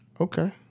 Okay